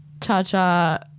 cha-cha